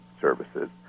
Services